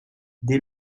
des